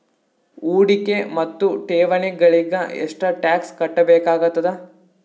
ಹೂಡಿಕೆ ಮತ್ತು ಠೇವಣಿಗಳಿಗ ಎಷ್ಟ ಟಾಕ್ಸ್ ಕಟ್ಟಬೇಕಾಗತದ?